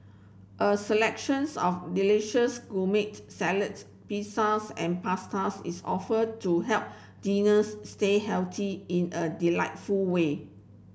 a selections of delicious gourmet salads pizzas and pastas is offer to help stay healthy in a delightful way